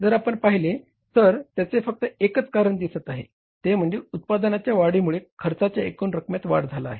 जर आपण पाहिले तर त्याचे फक्त एकच कारण दिसत आहे ते म्हणजे उत्पादनाच्या वाढीमुळे खर्चाच्या एकूण रकमेत वाढ झाला आहे